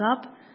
up